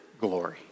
glory